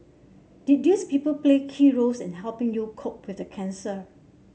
did these people play key roles in helping you cope with the cancer